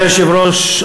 היושבת-ראש,